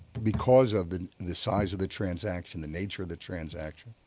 because of the the size of the transaction, the nature of the transaction.